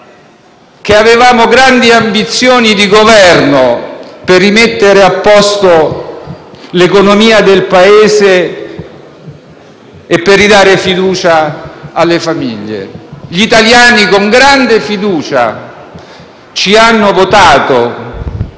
di avere grandi ambizioni di Governo per rimettere a posto l'economia del Paese e per ridare fiducia alle famiglie. Gli italiani con grande fiducia ci hanno votato,